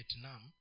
Vietnam